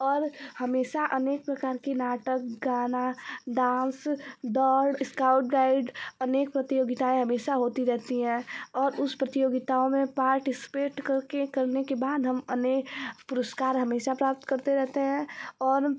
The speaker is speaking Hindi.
और हमेशा अनेक प्रकार कि नाटक गाना डांस दौड़ इस्काउट गाइड अनेक प्रतियोगिताएँ हमेशा होती रहती है और उस प्रतियोगिताओं में पार्टइस्पेट करके करने के बाद हम अनेक पुरस्कार हमेशा प्राप्त करते रहते हैं और